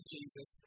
Jesus